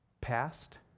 past